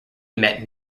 met